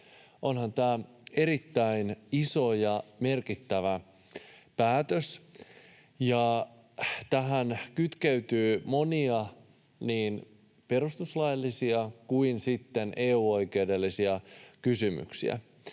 Onhan tämä erittäin iso ja merkittävä päätös, ja tähän kytkeytyy monia niin perustuslaillisia kuin sitten EU-oikeudellisia kysymyksiä.